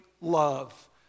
love